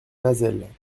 nazelles